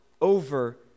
over